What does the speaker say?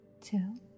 two